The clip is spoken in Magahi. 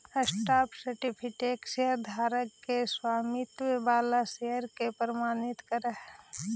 स्टॉक सर्टिफिकेट शेयरधारक के स्वामित्व वाला शेयर के प्रमाणित करऽ हइ